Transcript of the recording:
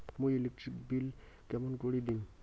মুই electric bill কেমন করি দিম?